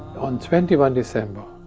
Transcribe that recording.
on twenty one december